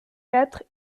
quatre